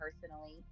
personally